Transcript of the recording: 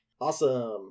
Awesome